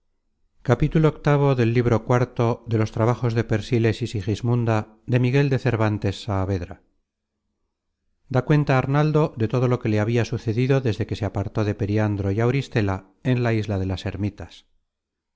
una dama cortesana viii da cuenta arnaldo de todo lo que le habia sucedido desde que se apartó de periandro y auristela en la isla de las ermitas